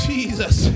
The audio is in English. Jesus